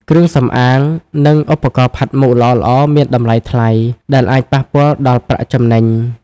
គ្រឿងសម្អាង និងឧបករណ៍ផាត់មុខល្អៗមានតម្លៃថ្លៃ ដែលអាចប៉ះពាល់ដល់ប្រាក់ចំណេញ។